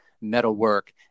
metalwork